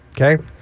Okay